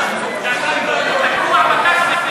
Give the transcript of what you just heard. הוא תקוע בקסטל,